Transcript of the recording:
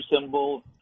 symbol